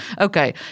Okay